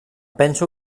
penso